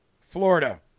Florida